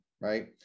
right